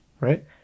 right